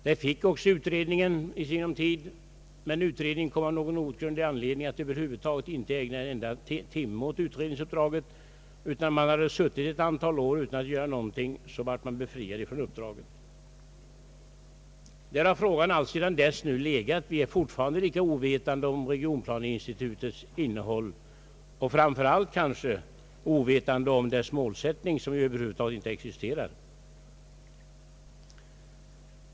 Det fick också utredningen i sinom tid, men utredningen kom av någon outgrundlig anledning att inte ägna en enda timme åt utredningsuppdraget. När utredningen hade suttit ett antal år utan att göra någonting blev den befriad från uppdraget. Frågan har sedan dess fått ligga. Vi är fortfarande lika ovetande om regionplaneinstitutets utformning och kanske framför allt om dess målsättning, som över huvud taget inte existerar.